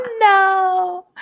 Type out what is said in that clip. No